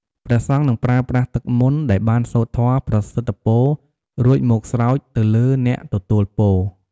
ព្រះសង្ឃនឹងប្រើប្រាស់ទឹកមន្តដែលបានសូត្រធម៌ប្រសិទ្ធពររួចមកស្រោចទៅលើអ្នកទទួលពរ។